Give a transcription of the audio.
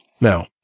Now